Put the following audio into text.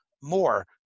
more